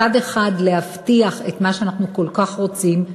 מצד אחד להבטיח את מה שאנחנו כל כך רוצים,